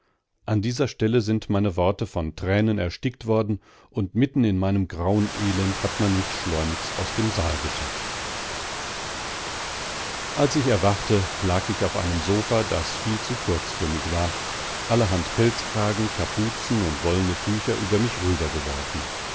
an dieser stelle sind meine worte von tränen erstickt worden und mitten in meinem grauen elend hat man mich schleunigst aus dem saal geschafft als ich erwachte lag ich auf einem sofa das viel zu kurz für mich war allerhand pelzkragen kapuzen und wollene tücher über mich